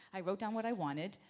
i wrote down what i wanted.